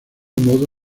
modo